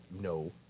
no